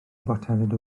botelaid